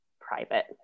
private